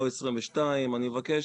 לא 22. אני מבקש,